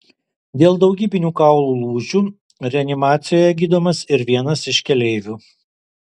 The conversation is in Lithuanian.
dėl daugybinių kaulų lūžių reanimacijoje gydomas ir vienas iš keleivių